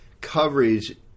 coverage